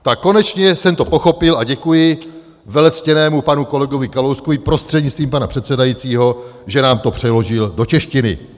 Tak konečně jsem to pochopil a děkuji velectěnému panu kolegovi Kalouskovi prostřednictvím pana předsedajícího, že nám to přeložil do češtiny.